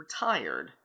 retired